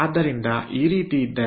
ಆದ್ದರಿಂದ ಈ ರೀತಿ ಇದ್ದರೆ